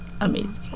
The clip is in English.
amazing